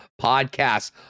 podcasts